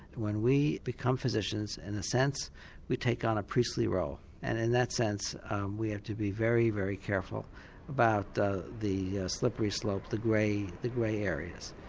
when we become physicians in a sense we take on a priestly role and in that sense we have to be very, very careful about the the slippery slope, the grey the grey areas.